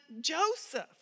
Joseph